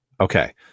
Okay